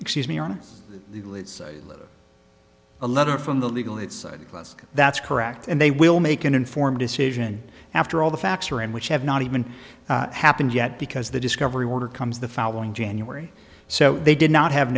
excuse me on the let's say a letter from the legal it's less that's correct and they will make an informed decision after all the facts are in which have not even happened yet because the discovery order comes the following january so they did not have